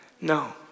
no